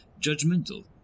judgmental